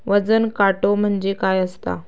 वजन काटो म्हणजे काय असता?